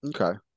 Okay